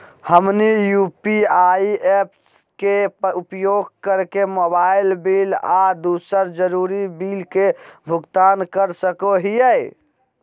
हमनी UPI apps के उपयोग करके मोबाइल बिल आ दूसर जरुरी बिल के भुगतान कर सको हीयई